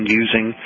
using